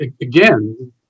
Again